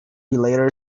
later